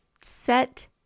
Set